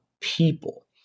people